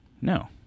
No